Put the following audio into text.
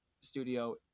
studio